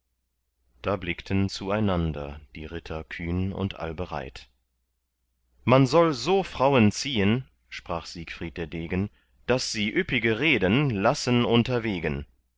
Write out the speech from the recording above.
da blickten zueinander die ritter kühn und allbereit man soll so frauen ziehen sprach siegfried der degen daß sie üppige reden lassen unterwegen